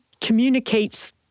communicates